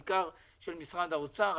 בעיקר של משרד האוצר.